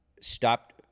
stopped